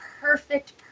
perfect